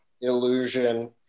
illusion